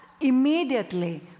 immediately